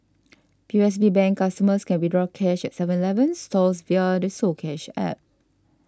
P O S B Bank customers can withdraw cash at Seven Eleven stores via the soCash App